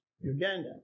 Uganda